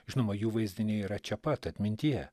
žinoma jų vaizdiniai yra čia pat atmintyje